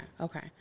okay